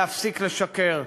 להפסיק לשקר.